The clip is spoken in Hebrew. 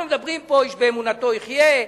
אנחנו מדברים פה על איש באמונתו יחיה,